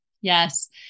Yes